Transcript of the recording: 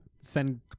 Send